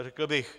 řekl bych.